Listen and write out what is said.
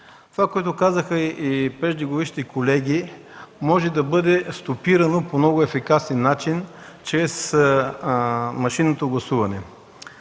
Това, както казаха и преждеговорившите колеги, може да бъде стопирано по много ефикасен начин чрез машинното гласуване.